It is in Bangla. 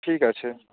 ঠিক আছে